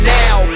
now